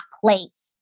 place